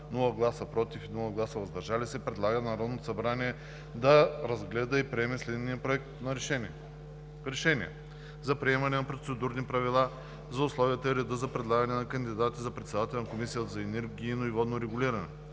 без „против“ и „въздържал се“ предлага на Народното събрание да разгледа и приеме следния Проект на решение: „Проект! РЕШЕНИЕ за приемане на Процедурни правила за условията и реда за предлагане на кандидати за председател на Комисията за енергийно и водно регулиране,